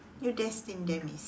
your destined demise